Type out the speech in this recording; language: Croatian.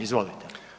Izvolite.